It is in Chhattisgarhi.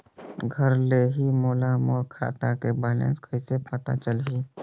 घर ले ही मोला मोर खाता के बैलेंस कइसे पता चलही?